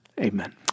amen